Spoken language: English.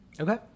Okay